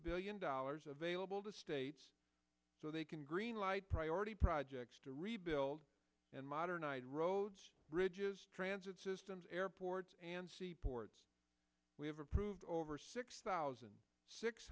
billion dollars available to states so they can greenlight priority projects to rebuild and modernized roads bridges transit systems airports and seaports we have approved over six thousand six